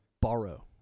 borrow